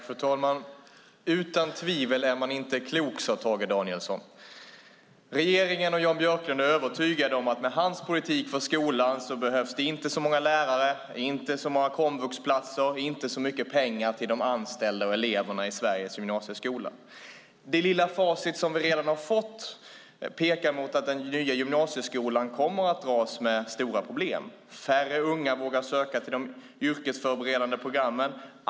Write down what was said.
Fru talman! Utan tvivel är man inte klok, sade Tage Danielsson. Regeringen och Jan Björklund är övertygade om att med hans politik för skolan behövs det inte så många lärare, inte så många komvuxplatser och inte så mycket pengar till anställda och elever i Sveriges gymnasieskola. Det lilla facit som vi redan har fått pekar mot att den nya gymnasieskolan kommer att dras med stora problem. Färre unga vågar söka till de yrkesförberedande programmen.